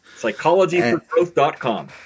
Psychologyforgrowth.com